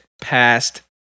past